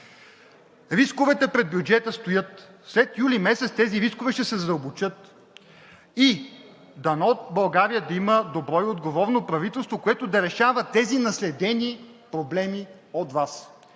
рисковете пред бюджета стоят. След юли месец тези рискове ще се задълбочат и дано България да има добро и отговорно правителство, което да решава тези наследени проблеми от Вас.